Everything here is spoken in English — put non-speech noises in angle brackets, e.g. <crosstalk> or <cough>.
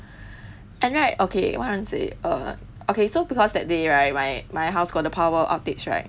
<breath> and right okay what I want to say err okay so because that day right my my house got the power updates right